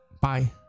Bye